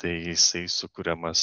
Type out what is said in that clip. tai jisai sukuriamas